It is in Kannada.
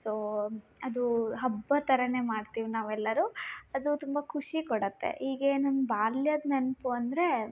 ಸೊ ಅದೂ ಹಬ್ಬ ಥರ ಮಾಡ್ತೀವಿ ನಾವೆಲ್ಲರು ಅದು ತುಂಬ ಖುಷಿ ಕೊಡುತ್ತೆ ಈಗೇನು ನಮ್ಮ ಬಾಲ್ಯದ ನೆನಪು ಅಂದರೆ